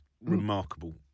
remarkable